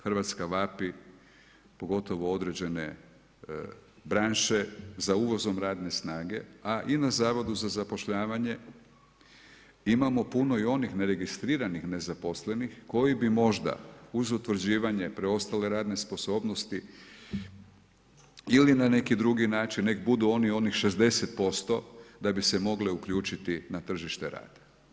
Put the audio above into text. Hrvatska vapi pogotovo određene branše za uvozom radne snage a i na Zavodu za zapošljavanje imamo puno i onih neregistriranih nezaposlenih koji bi možda uz utvrđivanje preostale radne sposobnosti ili na neki drugi način, nek' budu oni onih 60% da bi se mogle uključiti na tržište rada.